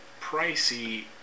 pricey